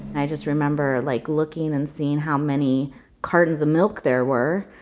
i just remember like, looking and seeing how many cartons of milk there were.